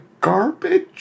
garbage